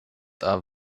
are